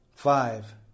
Five